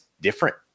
different